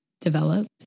developed